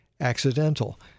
accidental